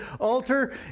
altar